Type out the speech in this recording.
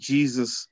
Jesus